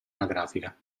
anagrafica